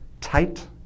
tight